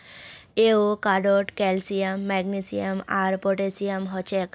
एवोकाडोत calcium magnesium आर potassium हछेक